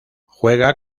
juega